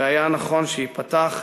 שהיה נכון שייפתח,